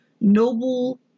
noble